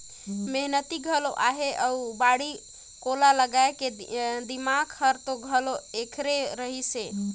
मेहनती घलो अहे अउ बाड़ी कोला लगाए के दिमाक हर तो घलो ऐखरे रहिस हे